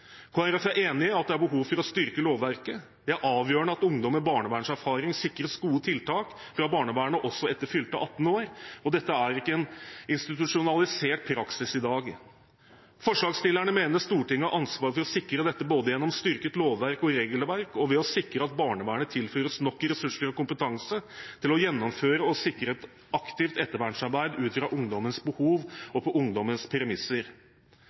er enig i at det er behov for å styrke lovverket. Det er avgjørende at ungdom med barnevernserfaring sikres gode tiltak fra barnevernet også etter fylte 18 år, og dette er ikke en institusjonalisert praksis i dag. Forslagsstillerne mener Stortinget har ansvar for å sikre dette både gjennom å styrke lov- og regelverk og ved å sikre at barnevernet tilføres nok ressurser og kompetanse til å gjennomføre og sikre et aktivt ettervernsarbeid ut fra ungdommenes behov og på ungdommenes premisser.